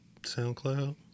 SoundCloud